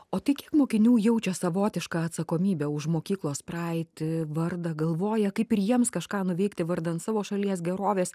o tai kiek mokinių jaučia savotišką atsakomybę už mokyklos praeitį vardą galvoja kaip ir jiems kažką nuveikti vardan savo šalies gerovės